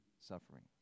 suffering